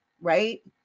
right